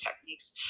techniques